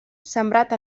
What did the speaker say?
sembrat